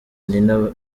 nina